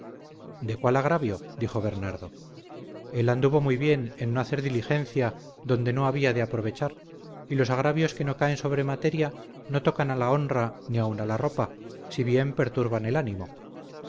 de cuál agravio dijo bernardo él anduvo muy bien en no hacer diligencia donde no había de aprovechar y los agravios que no caen sobre materia no tocan a la honra ni aun a la ropa si bien perturban el ánimo